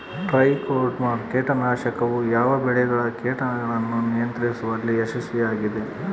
Trichoderma ಕೇಟನಾಶಕವು ಯಾವ ಬೆಳೆಗಳ ಕೇಟಗಳನ್ನು ನಿಯಂತ್ರಿಸುವಲ್ಲಿ ಯಶಸ್ವಿಯಾಗಿದೆ?